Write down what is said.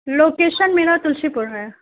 location میرا Tulsipur ہے